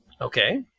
Okay